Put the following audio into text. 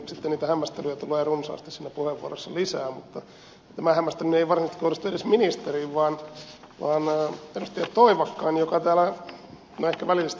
sitten puheenvuorossani niitä hämmästelyjä tulee runsaasti lisää mutta tämä hämmästyminen ei varsinaisesti kohdistu edes ministeriin no ehkä välillisesti ministeriinkin vaan ed